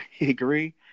agree